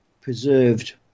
preserved